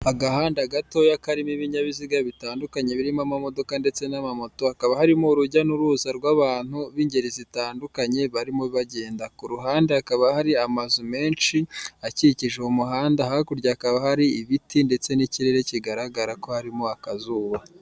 Agahanda gatoya karimo ibinyabiziga bitandukanye birimo amamo ndetse n'amamoto, hakaba harimo urujya n'uruza rw'abantu b'ingeri zitandukanye barimo bagenda, k'uruhande hakaba hari amazu menshi akikije uwo umuhanda, hakurya hakaba hari ibiti ndetse n'ikirere kigaragara ko harimo akazuba.